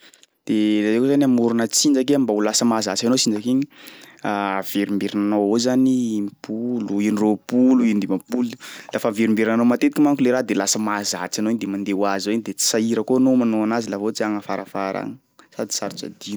De raha iha koa zany hamorona tsinjaky e mba ho lasa mahazatry anao tsinjaky igny averimberinanao avao zany impolo, indroapolo, indimampolo. Lafa averimberinanao matetiky manko le raha de lasa mahazatry anao igny de mandeha ho azy eo igny de tsy sahira koa anao manao anazy laha ohatsy hoe agny afarafara agny sady sarotry adino.